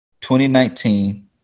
2019